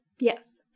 Yes